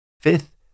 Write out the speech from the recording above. Fifth